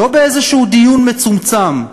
לא באיזשהו דיון מצומצם,